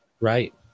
Right